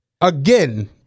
Again